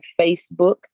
Facebook